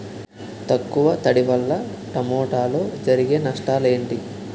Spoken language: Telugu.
తక్కువ తడి వల్ల టమోటాలో జరిగే నష్టాలేంటి?